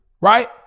right